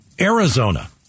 Arizona